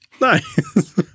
Nice